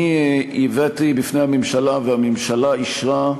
אני הבאתי בפני הממשלה, והממשלה אישרה,